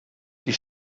die